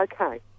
Okay